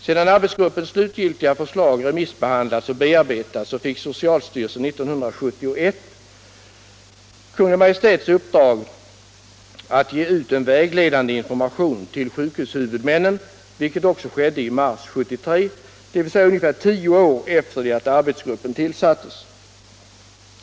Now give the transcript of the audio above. Sedan arbetsgruppens slutgiltiga förslag remissbehandlats och bearbetats fick socialstyrelsen 1971 Kungl. Maj:ts uppdrag att ge ut en vägledande information till sjukhushuvudmännen, vilket också skedde i mars 1973, dvs. ungefär tio år efter det att arbetsgruppen tillsatts.